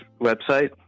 website